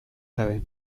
gabe